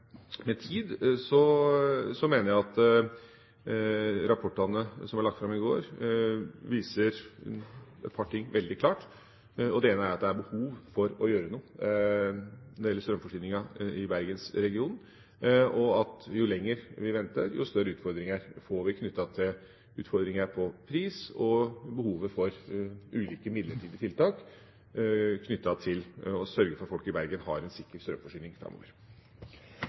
tid, mener jeg at rapportene som ble lagt fram i går, viser et par ting veldig klart. Det ene er at det er behov for å gjøre noe når det gjelder strømforsyninga i Bergensregionen. Jo lenger vi venter, jo større utfordringer får vi knyttet til pris og behovet for ulike midlertidige tiltak for å sørge for at folk i Bergen har en sikker strømforsyning framover.